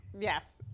Yes